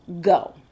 go